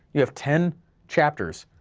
you have ten chapters,